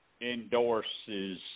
endorses